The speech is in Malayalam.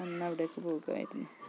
അന്നവിടെയൊക്കെ പോകുമായിരുന്നു